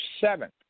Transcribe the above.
seventh